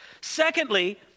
Secondly